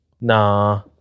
Nah